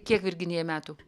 kiek virginijai metų